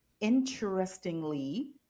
interestingly